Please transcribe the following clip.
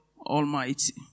Almighty